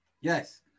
yes